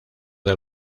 del